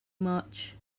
much